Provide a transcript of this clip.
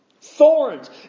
Thorns